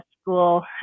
school